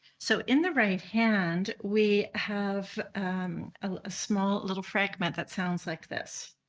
so in the right hand we have a small little fragment that sounds like this.